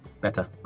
better